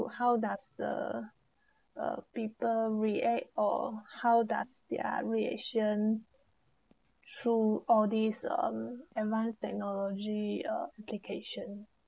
how does the uh people react or how that's their reaction through all this um advanced technology uh application